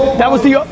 that was the,